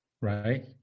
right